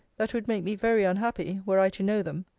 that would make me very unhappy, were i to know them?